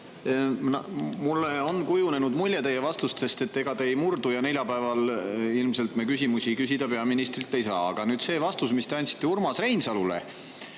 vastustest kujunenud mulje, et ega te ei murdu ja neljapäeval ilmselt me küsimusi küsida peaministrilt ei saa. Aga nüüd see vastus, mille te andsite Urmas Reinsalule,